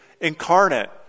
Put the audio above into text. incarnate